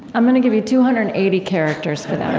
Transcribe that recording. i'm going to give you two hundred and eighty characters for that